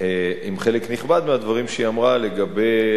עם חלק נכבד מהדברים שהיא אמרה לגבי